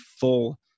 full